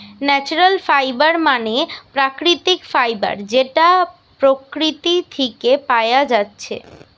natural fibre মানে প্রাকৃতিক fibre যেটা প্রকৃতি থিকে পায়া যাচ্ছে